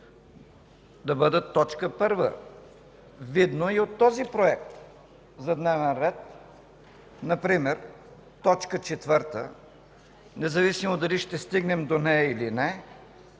да бъдат точка първа – видно е от този проект за дневен ред. Например точка четвърта, независимо дали ще стигнем до нея или не,